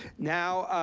now,